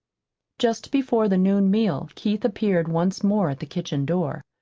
just before the noon meal keith appeared once more at the kitchen door.